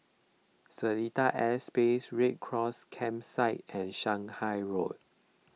Seletar Aerospace Red Cross Campsite and Shanghai Road